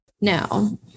no